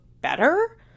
better